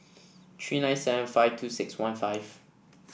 three nine seven five two six one five